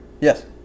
Yes